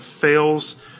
fails